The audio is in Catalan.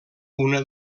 una